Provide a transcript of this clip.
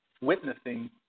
witnessing